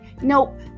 Nope